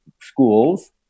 schools